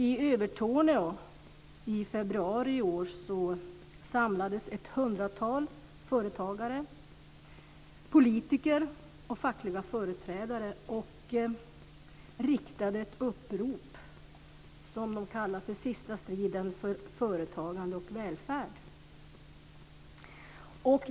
I februari i år samlades ett hundratal företagare, politiker och fackliga företrädare i Övertorneå kring ett upprop som de kallade för Sista striden för företagande och välfärd.